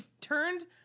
turned